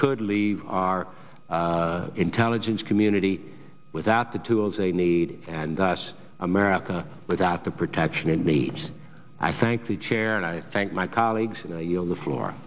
could leave our intelligence community without the tools they need and as america without the protection of meat i thank the chair and i thank my colleagues on the floor